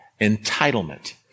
entitlement